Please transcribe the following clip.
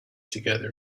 together